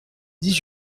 dix